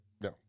no